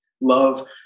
love